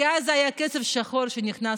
כי אז זה היה כסף שחור שנכנס,